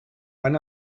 van